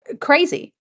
crazy